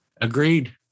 Agreed